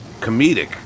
comedic